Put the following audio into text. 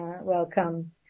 welcome